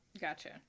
Gotcha